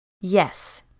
Yes